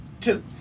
Two